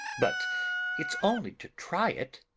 but it's only to try it.